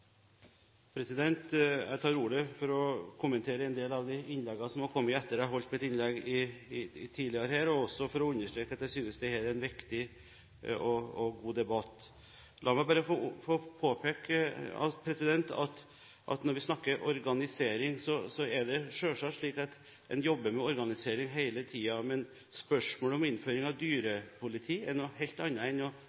Jeg tar ordet for å kommentere en del av de innleggene som har kommet etter at jeg holdt et innlegg tidligere, og også for å understreke at jeg synes dette er en viktig og god debatt. La meg bare påpeke at når vi snakker om organisering, er det selvsagt slik at man jobber med organisering hele tiden. Men spørsmålet om innføring av